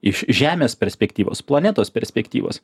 iš žemės perspektyvos planetos perspektyvos